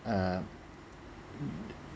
err